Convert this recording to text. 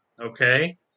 okay